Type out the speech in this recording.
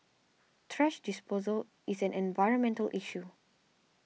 thrash disposal is an environmental issue